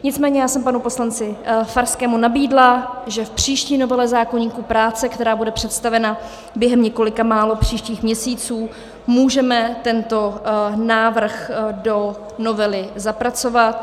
Nicméně já jsem panu poslanci Farskému nabídla, že v příští novele zákoníku práce, která bude představena během několika málo příštích měsíců, můžeme tento návrh do novely zapracovat.